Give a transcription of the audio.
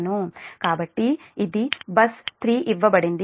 కాబట్టి ఇది బస్ 3 ఇవ్వబడింది